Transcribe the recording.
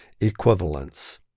equivalence